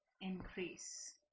increase